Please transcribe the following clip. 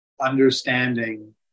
understanding